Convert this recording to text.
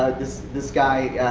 this guy,